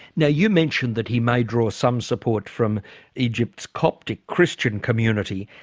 now you mentioned that he may draw some support from egypt's coptic christian community.